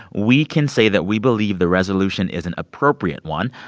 we can say that we believe the resolution is an appropriate one.